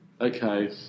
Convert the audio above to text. okay